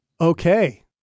okay